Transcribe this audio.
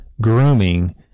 grooming